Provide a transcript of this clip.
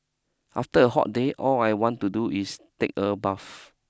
after a hot day all I want to do is take a bath